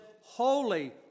Holy